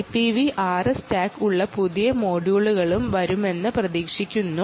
IPV 6 stack ഉള്ള പുതിയ മൊഡ്യൂളുകളും വരുമെന്ന് ഞാൻ പ്രതീക്ഷിക്കുന്നു